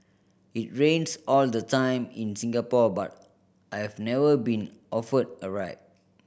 it rains all the time in Singapore but I've never been offered a ride